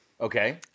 Okay